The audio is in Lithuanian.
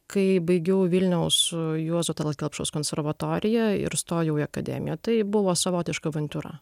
kai baigiau vilniaus juozo tallat kelpšos konservatoriją ir stojau į akademiją tai buvo savotiška avantiūra